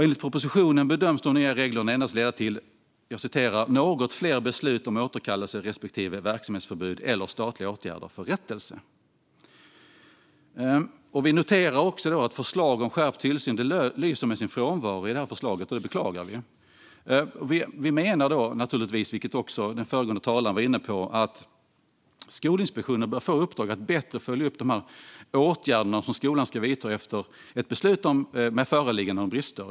Enligt propositionen bedöms de nya reglerna endast leda till något fler beslut om återkallelse respektive verksamhetsförbud eller statliga åtgärder för rättelse. Vi noterar också att förslag om skärpt tillsyn lyser med sin frånvaro i förslaget. Det beklagar vi. Vi menar naturligtvis - vilket också den föregående talaren var inne på - att Skolinspektionen bör få i uppdrag att bättre följa upp åtgärderna som skolan ska vidta efter ett beslut om föreläggande om brister.